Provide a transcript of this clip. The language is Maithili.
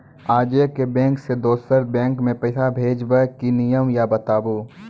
आजे के बैंक से दोसर बैंक मे पैसा भेज ब की नियम या बताबू?